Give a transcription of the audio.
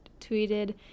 tweeted